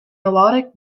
melodic